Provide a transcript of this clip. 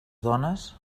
dones